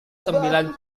sembilan